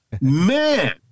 Man